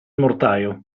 mortaio